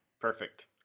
Perfect